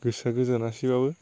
गोसोआ गोजोनासैबाबो